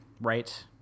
right